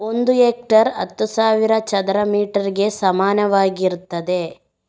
ಒಂದು ಹೆಕ್ಟೇರ್ ಹತ್ತು ಸಾವಿರ ಚದರ ಮೀಟರ್ ಗೆ ಸಮಾನವಾಗಿರ್ತದೆ